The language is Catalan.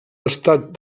estat